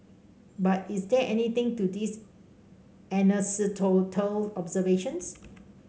but is there anything to these anecdotal observations